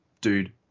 dude